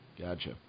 Gotcha